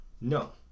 No